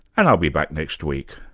and i'll be back next week